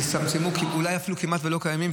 היא אולי אפילו כבר לא קיימת.